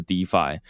DeFi